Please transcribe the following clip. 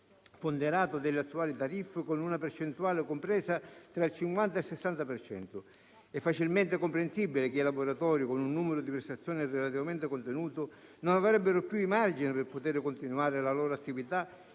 ponderato delle attuali tariffe, con una percentuale compresa tra il 50 e il 60 per cento. È facilmente comprensibile che i laboratori con un numero di prestazioni relativamente contenuto non avrebbero più i margini per poter continuare la loro attività